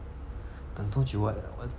等多久 what !huh!